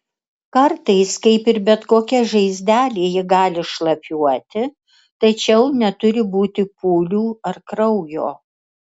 kartais kaip ir bet kokia žaizdelė ji gali šlapiuoti tačiau neturi būti pūlių ar kraujo